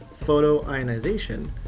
photoionization